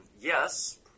Yes